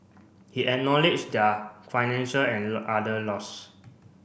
he acknowledged their financial and other loss